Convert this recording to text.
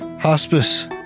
hospice